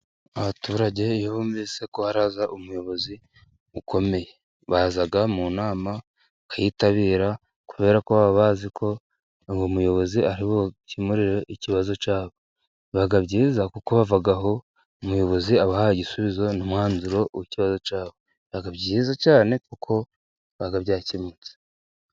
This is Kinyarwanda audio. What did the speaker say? Abaturage iyo bumvise ko haraza umuyobozi ukomeye, baza mu nama bakayitabira kubera ko baba bazi ko uwo muyobozi ari bubakemurire ikibazo cyabo, biba byiza kuko bava aho umuyobozi abahaye igisubizo n'umwanzuro w'ikibazo cyabo, biba byiza cyane kuko biba byakemutse.